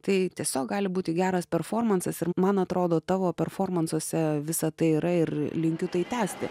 tai tiesiog gali būti geras performansas ir man atrodo tavo performansuose visa tai yra ir linkiu tai tęsti